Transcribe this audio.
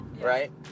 Right